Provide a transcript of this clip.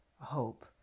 hope